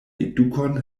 edukon